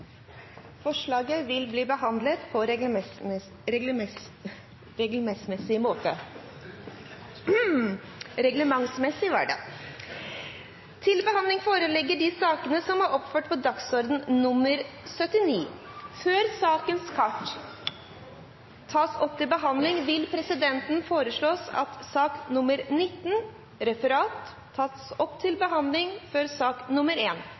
Forslaget vil bli behandlet på reglementsmessig måte. Før sakene på dagens kart tas opp til behandling, vil presidenten foreslå at sak nr. 19 – Referat – tas opp til behandling før sak